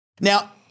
Now